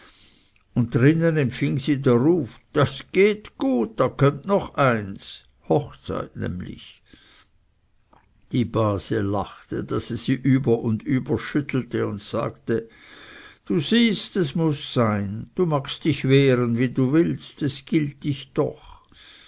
und drinnen empfing sie der ruf das geht gut da kömmt noch eins hochzeit nämlich die base lachte daß es sie über und über schüttelte und sagte du siehst es muß sein du magst dich wehren wie du willst es gilt dich doch